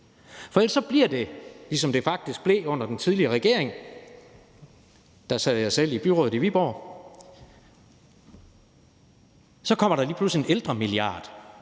For ellers bliver det, ligesom det faktisk blev under den tidligere regering – og da sad jeg selv i byrådet i Viborg – hvor der pludselig kommer en ældremilliard